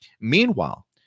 Meanwhile